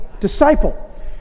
disciple